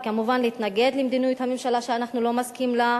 וכמובן להתנגד למדיניות הממשלה שאנחנו לא מסכימים לה,